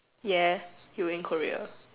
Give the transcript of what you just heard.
yes you were in Korea